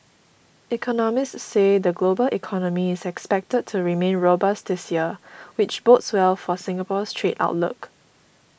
economists say the global economy is expected to remain robust this year which bodes well for Singapore's trade outlook